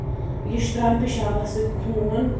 یہِ چھُ ترٛاوان پِشابَس سۭتۍ خوٗن